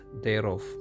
thereof